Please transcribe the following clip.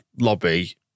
lobby